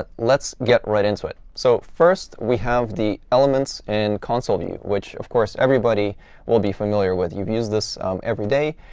let's get right into it. so first we have the elements and console view which, of course, everybody will be familiar with. you've used this every day.